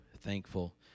thankful